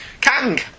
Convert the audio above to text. Kang